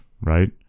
right